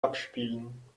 abspielen